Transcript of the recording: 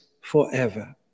forever